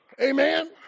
Amen